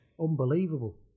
unbelievable